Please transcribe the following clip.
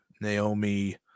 naomi